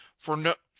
for know